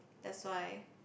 that's why